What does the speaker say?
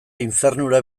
infernura